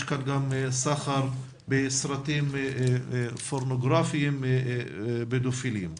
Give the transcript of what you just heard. כאן גם סחר בסרטים פורנוגרפיים פדופיליים.